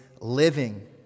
living